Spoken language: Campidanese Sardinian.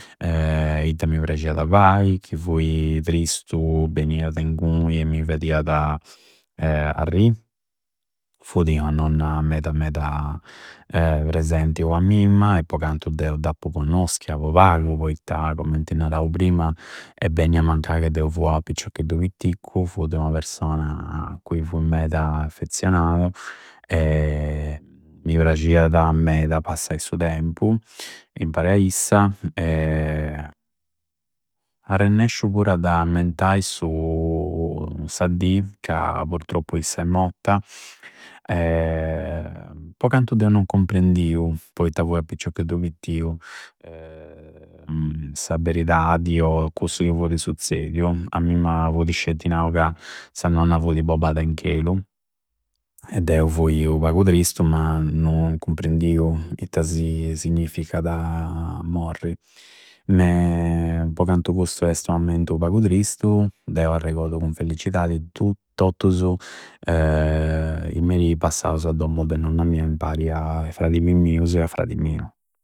itta mi prasciada fai, chi fui tristu beniada ingui e mi fadiada arrì. Fudi ua nonna meda meda presenti po a mimma e po cantu deu d'appu connoschia po pagu poitta commenti narau prima, è bennia a mancai ca deu fui a piccioccheddu a pitticcu. Fudi ua persona cui fiu meda affezzionau. Mi prasciada medu passai su tempu impari a issa. Arrennesciu pura ad ammentai su, sa di in cui purtoppu issa è motta. Po cantu deu non cumprendiu, poitta fui a piccioccheddu pittiu. Sa beridadi o cussu chi fudi suzzediu a mimma fudi scetti nau ca sa nonna fudi bobada in chelu e deu fui u pagu tristu, ma non cumprendiu itta signficiada morri. Po cantu custu esti unu ammentu u pagu tristu, deu arregodu cun felliccidadi tottusu i meri passausu a dommu de nonna mia impari a fradibi miusu e fradi miu.